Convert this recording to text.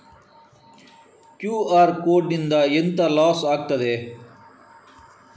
QR code ನಿಂದ ಎಂತ loss ಆಗ್ತದೆ?